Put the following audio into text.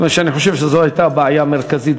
כיוון שאני חושב שזו הייתה בעיה מרכזית